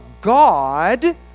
God